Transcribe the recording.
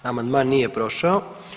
Amandman nije prošao.